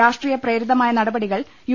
രാഷ്ട്രീയപ്രേരിത മായ നടപടികൾ യു